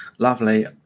Lovely